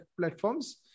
platforms